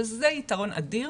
שזה יתרון אדיר.